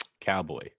Cowboy